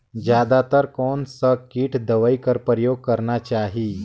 जादा तर कोन स किट दवाई कर प्रयोग करना चाही?